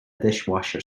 dishwasher